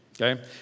okay